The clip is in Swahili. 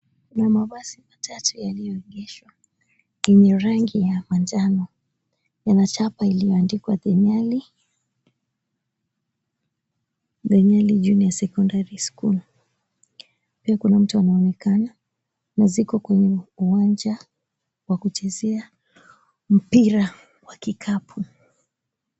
Kuna mabasi matatu yaliyoegeshwa yenye rangi ya manjano. Yana chapa iliyoandikwa "The Nyali Junior Secondary School". Pia kuna mtu anayeonekana na ziko kwenye uwanja wa kuchezea mpira wa kikapu.